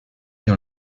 dans